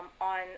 On